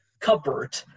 cupboard